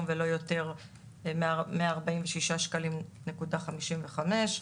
ולא יותר מארבעים ושישה שקלים נקודה חמישים וחמש,